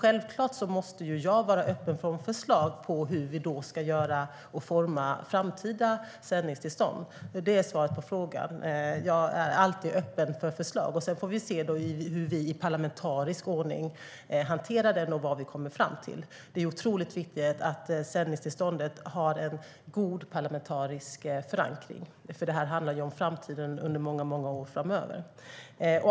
Jag måste självfallet vara öppen för förslag om hur vi ska göra och forma framtida sändningstillstånd. Det är svaret på frågan. Jag är alltid öppen för förslag. Sedan får vi se hur vi i parlamentarisk ordning hanterar dem och vad vi kommer fram till. Det är otroligt viktigt att sändningstillstånd har en god parlamentarisk förankring, för det handlar om framtiden under många år framöver.